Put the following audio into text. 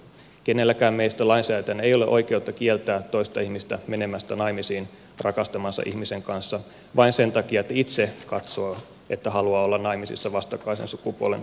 kenelläkään meistä lainsäätäjänä ei ole oikeutta kieltää toista ihmistä menemästä naimisiin rakastamansa ihmisen kanssa vain sen takia että itse katsoo että haluaa olla naimisissa vastakkaisen sukupuolen edustajan kanssa